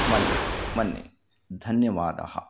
मन्ये मन्ये धन्यवादः